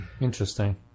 Interesting